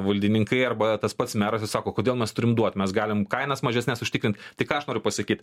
valdininkai arba tas pats meras jis sako kodėl mes turim duot mes galime kainas mažesnes užtikrint tai ką aš noriu pasakyt